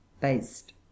based